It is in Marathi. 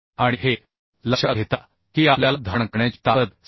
आणि हे लक्षात घेता की आपल्याला धारण करण्याची ताकद 66